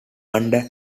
under